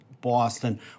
Boston